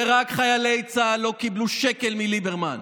ורק חיילי צה"ל לא קיבלו שקל מליברמן.